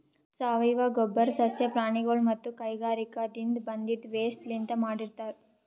ಸಾವಯವ ಗೊಬ್ಬರ್ ಸಸ್ಯ ಪ್ರಾಣಿಗೊಳ್ ಮತ್ತ್ ಕೈಗಾರಿಕಾದಿನ್ದ ಬಂದಿದ್ ವೇಸ್ಟ್ ಲಿಂತ್ ಮಾಡಿರ್ತರ್